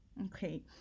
Okay